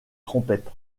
trompette